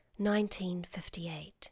1958